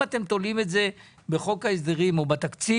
אם אתם תולים את זה בחוק ההסדרים או בתקציב